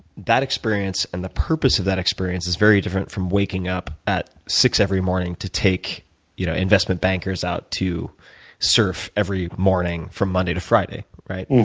that experience, and the purpose of that experience is very different from waking up at six zero every morning to take you know investment bankers out to surf every morning from monday to friday, right?